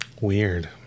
Weird